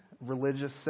religious